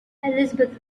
elizabeth